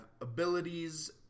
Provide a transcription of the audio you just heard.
abilities